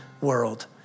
world